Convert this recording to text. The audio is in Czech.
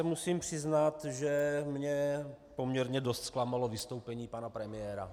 Musím se přiznat, že mě poměrně dost zklamalo vystoupení pana premiéra.